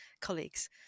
colleagues